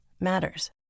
matters